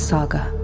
Saga